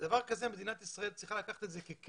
דבר כזה מדינת ישראל צריכה לקחת ככלי,